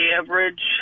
average